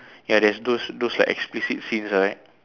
ya there's those those like explicit scenes right